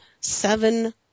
seven